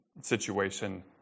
situation